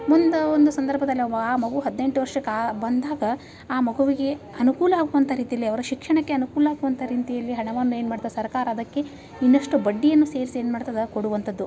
ಮುಂದೆ ಒಂದು ಸಂದರ್ಭದಲ್ಲಿ ಆ ಮಗು ಹದಿನೆಂಟು ವರ್ಷಕ್ಕೆ ಬಂದಾಗ ಆ ಮಗುವಿಗೆ ಅನುಕೂಲ ಆಗುವಂಥ ರೀತಿಯಲ್ಲಿ ಅವರ ಶಿಕ್ಷಣಕ್ಕೆ ಅನುಕೂಲ ಆಗುವಂಥ ರೀತಿಯಲ್ಲಿ ಹಣವನ್ನು ಏನು ಮಾಡ್ತೆ ಸರ್ಕಾರ ಅದಕ್ಕೆ ಇನ್ನಷ್ಟು ಬಡ್ಡಿಯನ್ನು ಸೇರಿಸಿ ಏನು ಮಾಡ್ತದೆ ಕೊಡುವಂಥದ್ದು